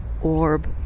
orb